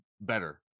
better